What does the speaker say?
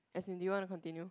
as in you want to continue